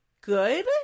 good